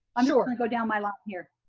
and i'm gonna go down my line here.